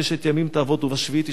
ששת ימים תעבוד ובשביעי תשבות,